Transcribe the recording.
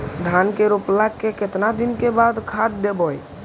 धान के रोपला के केतना दिन के बाद खाद देबै?